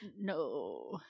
No